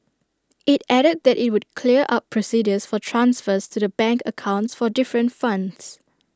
IT added that IT would clear up procedures for transfers to the bank accounts for different funds